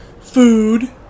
food